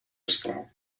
esclau